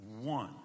one